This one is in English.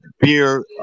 beer